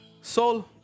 Soul